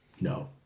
No